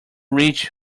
rich